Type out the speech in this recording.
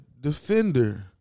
defender